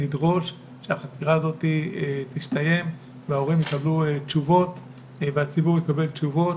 נדרוש שהחקירה הזאת תסתיים וההורים יקבלו תשובות והציבור יקבל תשובות.